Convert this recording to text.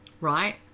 Right